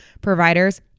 providers